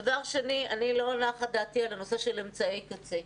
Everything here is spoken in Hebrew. דבר שני, לא נחה דעתי על נושא אמצעי קצה.